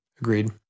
Agreed